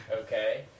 Okay